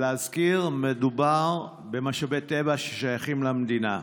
להזכיר, מדובר במשאבי טבע ששייכים למדינה.